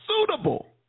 suitable